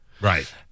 right